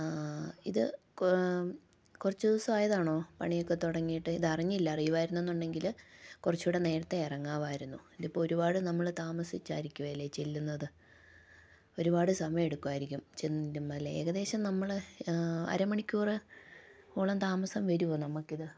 ഇത് കുറച്ച് ദിവസായതാണോ പണിയൊക്കെ തുടങ്ങിയിട്ട് ഇതറിഞ്ഞില്ല അറിയുവായിരുന്നുന്നുണ്ടങ്കിൽ കുറച്ചൂടെ നേരത്തെ ഇറങ്ങാവായിരുന്നു ഇതിപ്പോൾ ഒരുപാട് നമ്മൾ താമസിച്ചായിരിക്കുമല്ലേ ചെല്ലുന്നത് ഒരുപാട് സമയമെടുക്കായിരിക്കും ചെല്ലുമ്പോൾ അല്ലേ ഏകദേശം നമ്മൾ അര മണിക്കൂർ ഓളം താമസം വരുമോ നമുക്കിത്